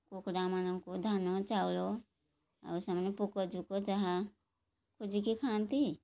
କୁକୁଡ଼ାମାନଙ୍କୁ ଧାନ ଚାଉଳ ଆଉ ସେମାନେ ପୋକ ଜୋକ ଯାହା ଖୋଜିକି ଖାଆନ୍ତି